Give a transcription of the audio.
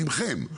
מכם,